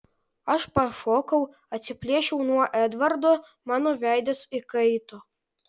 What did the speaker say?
aš pašokau atsiplėšiau nuo edvardo mano veidas įkaito